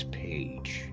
page